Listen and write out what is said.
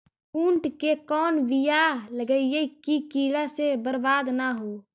बुंट के कौन बियाह लगइयै कि कीड़ा से बरबाद न हो?